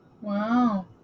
Wow